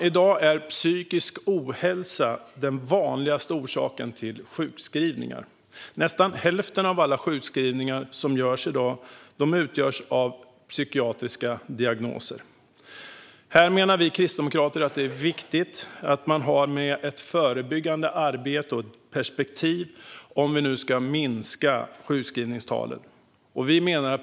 I dag är psykisk ohälsa den vanligaste orsaken till sjukskrivning. Nästan hälften av alla sjukskrivningar som görs i dag utgörs av psykiatriska diagnoser. Här menar vi kristdemokrater att det är viktigt att man har med sig ett förebyggande arbete och perspektiv om man ska minska sjukskrivningstalen.